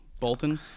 Bolton